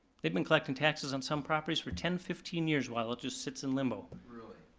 they've been collecting taxes on some properties for ten, fifteen years while it just sits in limbo. really?